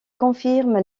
confirme